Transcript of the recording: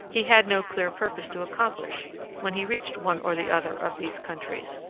he had no clear purpose to accomplish when he reached one or the other of these countries.